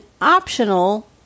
optional